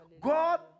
God